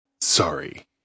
sorry